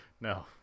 No